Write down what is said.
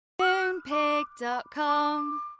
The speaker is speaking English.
Moonpig.com